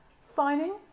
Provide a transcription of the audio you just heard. Signing